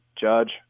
Judge